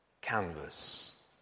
canvas